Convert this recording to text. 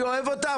אני אוהב אותה,